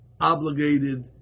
obligated